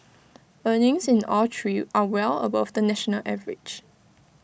earnings in all three are well above the national average